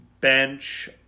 bench